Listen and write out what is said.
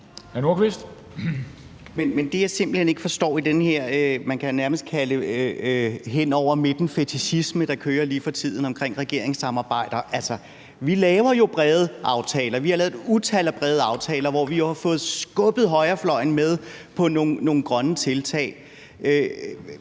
noget, jeg simpelt hen ikke forstår i den her, man kan nærmest kalde det hen over midten-fetichisme, der kører lige for tiden omkring regeringssamarbejder: Altså, vi laver jo brede aftaler; vi har lavet et utal af brede aftaler, hvor vi har fået skubbet højrefløjen med på nogle grønne tiltag.